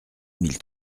mille